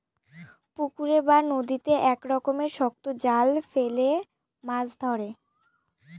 পুকুরে বা নদীতে এক রকমের শক্ত জাল ফেলে মাছ ধরে